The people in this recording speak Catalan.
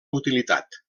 utilitat